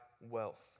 wealth